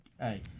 Hey